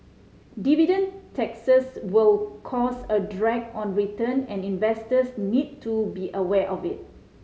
dividend taxes will cause a drag on return and investors need to be aware of it